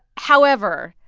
however,